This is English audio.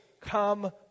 Come